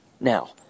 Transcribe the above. now